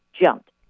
jumped